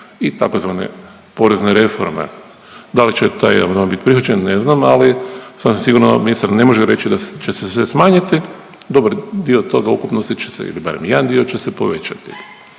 i tzv. porezne reforme. Da li će taj amandman biti prihvaćen, ne znam ali sasvim sigurno ministar ne može reći da će se smanjiti. Dobar dio toga u ukupnosti će se ili barem jedan dio će se povećati.